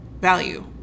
value